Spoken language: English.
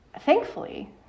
thankfully